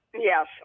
Yes